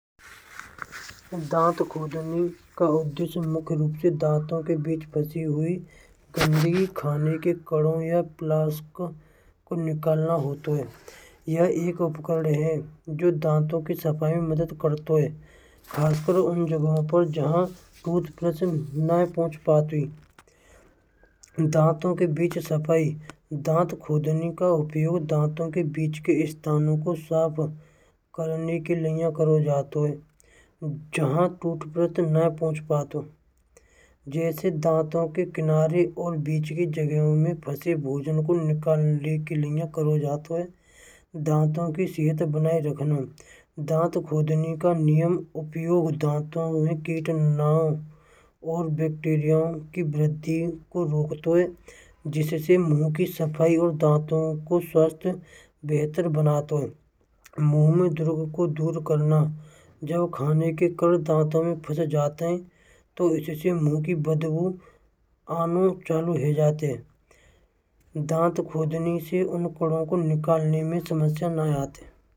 दांत खोजने का उद्देश्य मुख्य रूप से दांतों के बीच बची हुई गंदगी खाने के कारण या प्लास्ट निकालना हो तो यह एक उपकरण है जो दांतों की सफाई में मदद करते हैं। खासकर उन जगह पर जहां टूथब्रश नहीं पहुंच पाती हाथों के बीच सफाई दांत खोजने का उपयोग दांतों के बीच के स्थानों को साफ करने के लिए करो। जहां ना पहुंच पाते दांतों के किनारे और बीच की जगहों में प्रति भोज न को निकालने के लिए करो जाता है। दांतों की सेहत बनाए रखना दांत खोजने का नियम उपयोग दांतों में कितना बैक्टीरिया की वृद्धि को रोकते। जिससे मुंह की सफाई और दांतों को स्वस्थ बेहतर बनाओ तो मुँह को दूर करना जो खाने के कारण दांतों में फंस जाते हैं। तो इससे मुंह की बदबू आने जाते हैं विशेषण निकालने में समस्या ना आते।